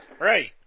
Right